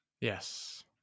yes